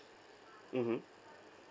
mmhmm